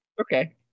Okay